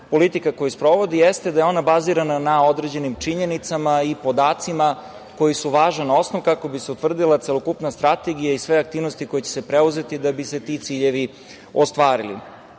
politika koju sprovode jeste da je ona bazirana na određenim činjenicama i podacima koji su važan osnov kako bi se utvrdila celokupna strategija i sve aktivnosti koje će se preuzeti da bi se ti ciljevi ostvarili. Danas